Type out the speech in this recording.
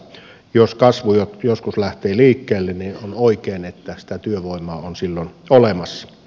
jos kasvu joskus lähtee liikkeelle niin on oikein että sitä työvoimaa on silloin olemassa